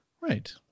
Right